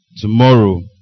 Tomorrow